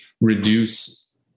reduce